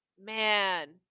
Man